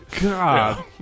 God